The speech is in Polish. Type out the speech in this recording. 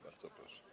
Bardzo proszę.